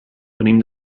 venim